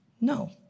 No